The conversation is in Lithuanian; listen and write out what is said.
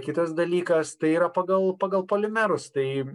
kitas dalykas tai yra pagal pagal polimerus tai